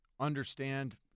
understand